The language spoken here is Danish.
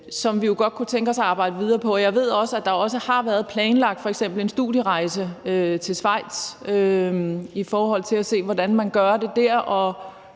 som vi godt kunne tænke os at arbejde videre med, og jeg ved også, at der har været planlagt f.eks. en studierejse til Schweiz for at se på, hvordan man gør det der,